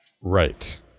Right